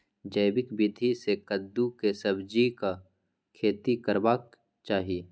जैविक विधी से कद्दु के सब्जीक खेती करबाक चाही?